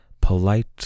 polite